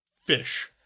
fish